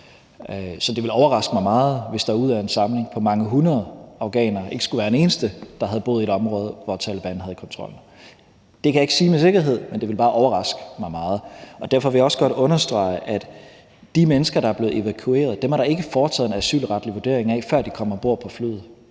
Så det ville overraske mig meget, hvis der ud af en samling på mange hundrede afghanere ikke skulle være en eneste, der havde boet i et område, hvor Taleban havde kontrol. Det kan jeg ikke sige med sikkerhed, men det ville bare overraske mig meget. Derfor vil jeg også godt understrege, at der ikke er foretaget en asylretlig vurdering af de mennesker, der er blevet